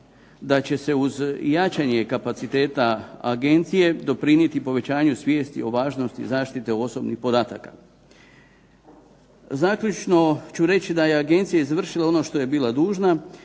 da će se uz jačanje kapaciteta agencije doprinijeti povećanju svijesti o važnosti zaštite osobnih podataka. Zaključno ću reći da je agencija izvršila ono što je bila dužna